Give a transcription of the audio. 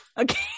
Okay